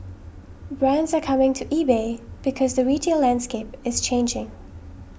brands are coming to eBay because the retail landscape is changing